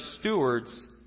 stewards